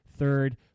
third